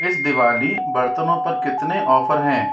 इस दिवाली बर्तनों पर कितने ऑफ़र हैं